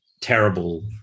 terrible